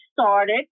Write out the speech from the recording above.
started